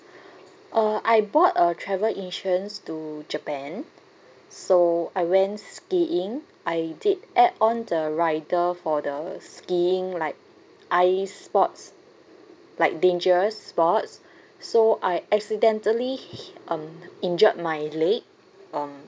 uh I bought a travel insurance to japan so I went skiing I did add on the rider for the skiing like ice sports like dangerous sports so I accidentally hi~ um injured my leg um